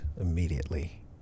immediately